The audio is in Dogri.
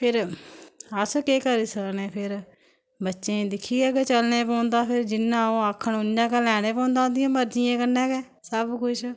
फिर अस केह् करी सकने फिर बच्चें गी दिक्खयै गै चलने पौंदा फिर जियां ओह् आखन उ'यां गै लैने पौंदे उं'दी मर्जियें कन्नै गै सब कुछ